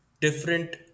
different